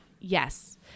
yes